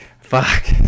Fuck